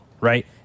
right